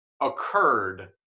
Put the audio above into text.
occurred